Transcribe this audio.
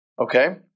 okay